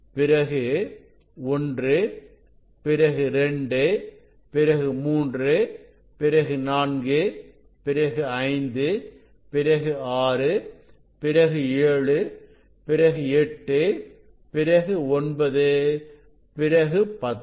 பிறகு1பிறகு2பிறகு3பிறகு4பிறகு5பிறகு6பிறகு7பிறகு8பிறகு9 பிறகு10